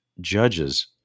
judges